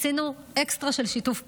עשינו אקסטרה של שיתוף פעולה,